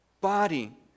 body